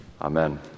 Amen